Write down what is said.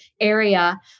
area